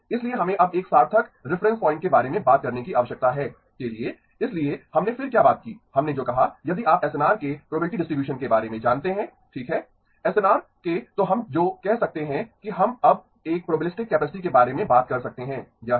इसलिए हमें अब एक सार्थक रिफरेन्स पॉइंट के बारे में बात करने की आवश्यकता है के लिए इसलिए हमने फिर क्या बात की हमने जो कहा यदि आप एसएनआर के प्रोबबिलिटी डिस्ट्रीब्यूशन के बारे में जानते हैं ठीक है एसएनआर के तो हम जो कह सकते हैं कि हम अब एक प्रोबेबिलिस्टिक कैपेसिटी के बारे में बात कर सकते हैं यह है